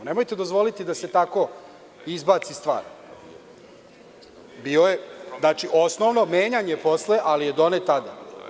Nemojte dozvoliti da se tako izbaci stvar, znači menjan je posle, ali je donet tada.